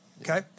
okay